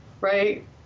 right